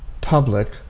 public